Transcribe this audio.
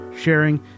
sharing